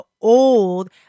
old